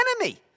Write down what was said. enemy